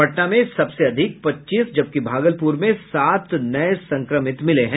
पटना में सबसे अधिक पच्चीस जबकि भागलपुर में सात नये संक्रमित मिले हैं